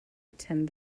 attend